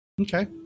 Okay